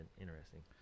interesting